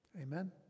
Amen